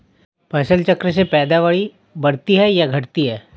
फसल चक्र से पैदावारी बढ़ती है या घटती है?